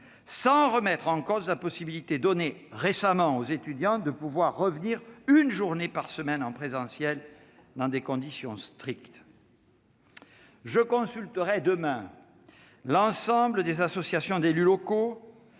sans remettre en cause la possibilité donnée récemment aux étudiants de revenir une journée par semaine en présentiel, dans des conditions strictes. Je consulterai demain l'ensemble des associations d'élus locaux